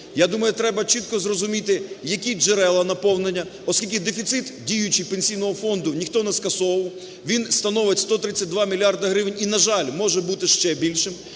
Я думаю, треба чітко зрозуміти, які джерела наповнення. Оскільки дефіцит діючий Пенсійного фонду ніхто не скасовував, він становить 132 мільярди гривень і, на жаль, може бути ще більшим.